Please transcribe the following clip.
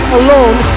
alone